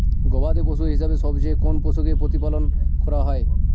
গবাদী পশু হিসেবে সবচেয়ে কোন পশুকে প্রতিপালন করা হয়?